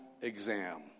exam